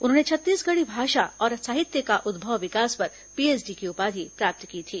उन्होंने छत्तीसगढ़ी भाषा और साहित्य का उद्भव विकास पर पीएचडी की उपाधि प्राप्त की थी